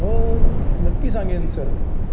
हो नक्की सांगेन सर